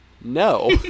no